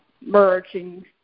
merging